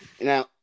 Now